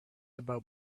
about